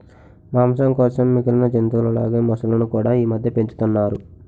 మాంసం కోసం మిగిలిన జంతువుల లాగే మొసళ్ళును కూడా ఈమధ్య పెంచుతున్నారు